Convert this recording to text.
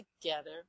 together